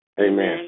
Amen